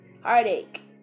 heartache